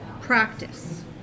practice